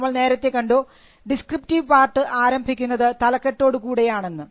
നമ്മൾ നേരത്തെ കണ്ടു ഡിസ്ക്രിപ്റ്റീവ് പാർട്ട് ആരംഭിക്കുന്നത് തലക്കെട്ടോടുകൂടിയാണെന്ന്